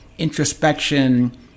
introspection